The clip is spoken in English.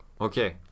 Okay